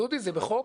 דודי, זה בחוק?